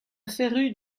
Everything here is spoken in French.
férue